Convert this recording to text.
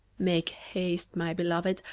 make haste, my beloved,